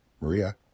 Maria